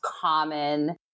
common